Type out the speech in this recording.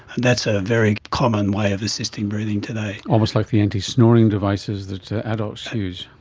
that's a very common way of assisting breathing today. almost like the anti-snoring devices that adults use.